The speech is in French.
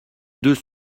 deux